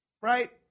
Right